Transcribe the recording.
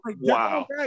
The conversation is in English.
wow